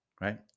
right